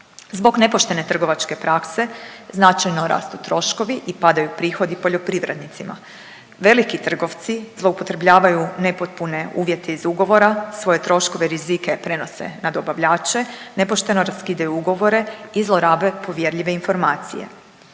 Zbog nepoštene trgovačke prakse značajno rastu troškovi i padaju prihodi poljoprivrednicima. Veliki trgovci zloupotrebljavaju nepotpune uvjete iz ugovora, svoje troškove i rizike prenose na dobavljače, nepošteno raskidaju ugovore i zlorabe povjerljive informacije.